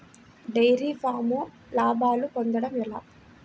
Dairy ఫామ్లో లాభాలు పొందడం ఎలా?